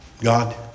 God